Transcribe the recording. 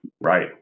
Right